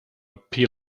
pile